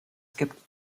gibt